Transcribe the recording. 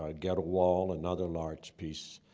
um ghetto wall, another large piece.